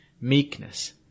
meekness